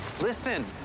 Listen